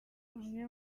bamwe